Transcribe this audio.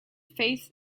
faith